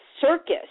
circus